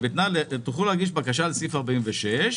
תוכלו להגיש בקשה לסעיף 46,